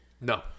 No